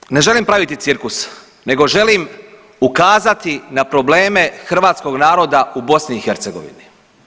Naime, ne želim praviti cirkus nego želim ukazati na probleme hrvatskog naroda u BiH.